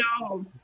No